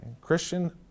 Christian